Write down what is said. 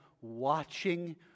watching